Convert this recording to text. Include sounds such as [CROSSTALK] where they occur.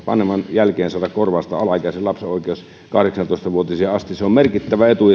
vanhemman jälkeen korvausta alaikäisen lapsen oikeus kahdeksantoista vuotiaaksi asti se on merkittävä etu [UNINTELLIGIBLE]